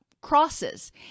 crosses